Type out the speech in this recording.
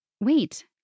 Wait